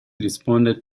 responded